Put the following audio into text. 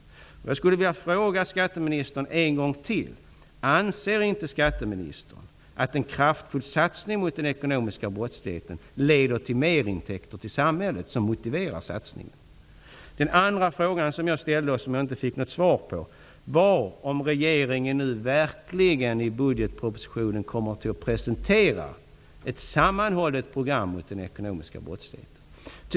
Jag skulle vilja fråga skatteministern ytterligare en gång: Anser inte skatteministern att en kraftfull satsning mot den ekonomiska brottsligheten leder till sådana merintäkter för samhället som motiverar denna satsning? Jag ställde en annan fråga som jag inte fick något svar på: Kommer regeringen verkligen i budgetpropositionen att presentera ett sammanhållet program mot den ekonomiska brottsligheten?